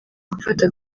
gufata